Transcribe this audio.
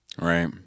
Right